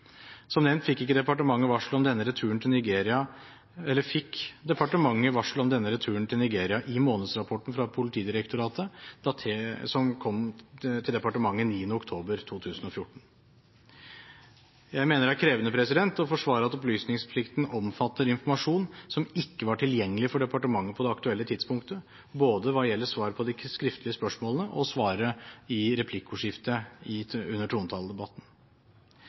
Som nevnt fikk departementet varsel om denne returen til Nigeria i månedsrapporten fra Politidirektoratet, som kom til departementet den 9. oktober 2014. Jeg mener det er krevende å forsvare at opplysningsplikten omfatter informasjon som ikke var tilgjengelig for departementet på det aktuelle tidspunktet, både hva gjelder svar på de skriftlige spørsmålene og svaret i replikkordskiftet under trontaledebatten. Jeg vil nå gå over til spørsmålet om jeg ved å sitere et brev fra Politidirektoratet i